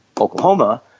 Oklahoma